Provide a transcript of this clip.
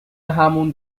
همان